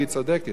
והיא צודקת.